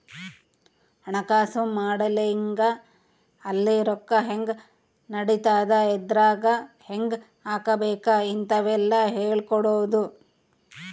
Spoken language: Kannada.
ಹಣಕಾಸು ಮಾಡೆಲಿಂಗ್ ಅಲ್ಲಿ ರೊಕ್ಕ ಹೆಂಗ್ ನಡಿತದ ಎದ್ರಾಗ್ ಹೆಂಗ ಹಾಕಬೇಕ ಇಂತವೆಲ್ಲ ಹೇಳ್ಕೊಡೋದು